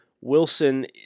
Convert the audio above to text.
Wilson